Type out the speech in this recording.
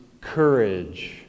courage